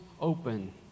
open